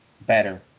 better